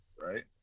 right